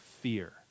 fear